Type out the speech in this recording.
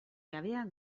jabea